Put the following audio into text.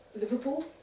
Liverpool